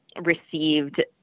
received